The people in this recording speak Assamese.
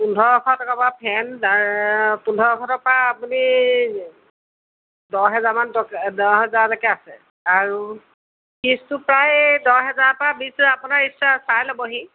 পোন্ধৰশ টকাৰপৰা ফেন পোন্ধৰশ টকাৰপৰা আপুনি দহ হেজাৰমান টকা দহ হেজাৰলৈকে আছে আৰু ফ্ৰীজটো প্ৰায় দহ হেজাৰৰপৰা বিছ হেজাৰ আপোনাৰ ইচ্ছা চাই ল'বহি